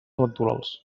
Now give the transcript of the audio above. electorals